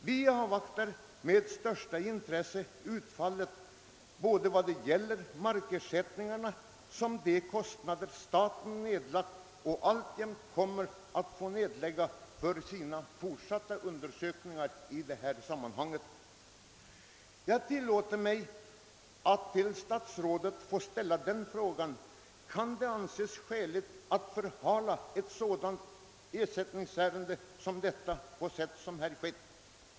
Vi avvaktar med största intresse utfallet både beträffande markersättningarna och beträffande de kostnader som staten fått och även kommer att få vidkännas för fortsatta undersökningar i ärendet. Jag tillåter mig att till herr statsrådet ställa frågan om det kan anses skäligt att förhala ett ersättningsärende av detta slag på sätt som skett.